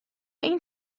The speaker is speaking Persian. این